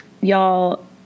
Y'all